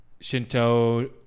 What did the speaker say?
Shinto